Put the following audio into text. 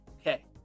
okay